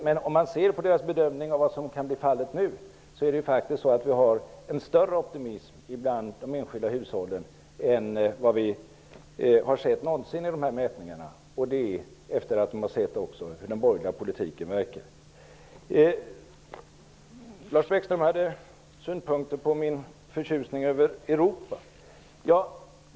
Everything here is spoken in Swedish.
Men om man ser på bedömningen av vad som kan bli fallet nu, finner man en större optimism bland de enskilda hushållen än vad vi har sett någonsin i mätningarna, och det är efter att människor har sett hur den borgerliga politiken verkar. Lars Bäckström hade synpunkter på min förtjusning över Europa.